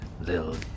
little